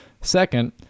Second